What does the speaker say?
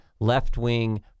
left-wing